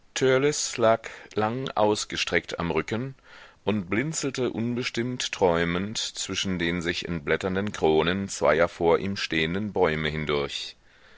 lang ausgestreckt am rücken und blinzelte unbestimmt träumend zwischen den sich entblätternden kronen zweier vor ihm stehenden bäume hindurch